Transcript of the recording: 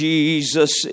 Jesus